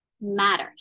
matter